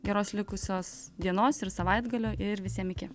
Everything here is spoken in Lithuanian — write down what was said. geros likusios dienos ir savaitgalio ir visiem iki